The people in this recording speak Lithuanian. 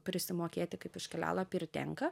prisimokėti kaip už kelialapį ir tenka